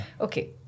Okay